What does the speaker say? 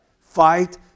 Fight